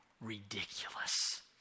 ridiculous